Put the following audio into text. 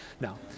Now